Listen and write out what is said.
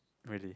really